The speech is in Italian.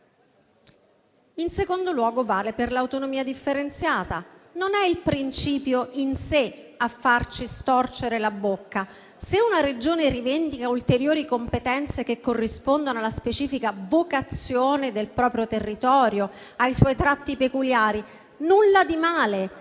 in secondo luogo per l'autonomia differenziata. Non è il principio in sé a farci storcere la bocca: se una Regione rivendica ulteriori competenze che corrispondono alla specifica vocazione del proprio territorio, ai suoi tratti peculiari, nulla di male ad